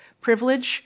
privilege